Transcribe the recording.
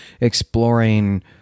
exploring